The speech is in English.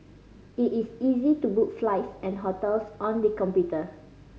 it is easy to book flights and hotels on the computer